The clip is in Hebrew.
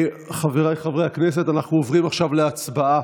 חבריי חברי הכנסת, אנחנו עוברים עכשיו להצבעה.